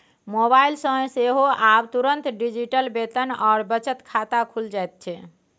mobile सँ सेहो आब तुरंत डिजिटल वेतन आओर बचत खाता खुलि जाइत छै